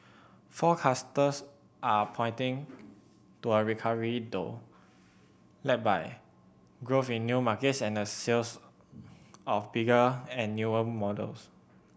forecasters are pointing to a recovery though led by growth in new markets and sales of bigger and newer models